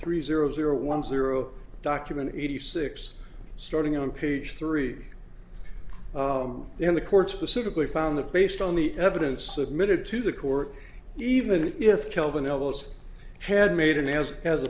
three zero zero one zero document eighty six starting on page three then the court specifically found that based on the evidence submitted to the court even if calvin elbows had made a noise as a